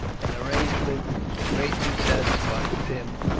an arrangement which greatly satisfied tim,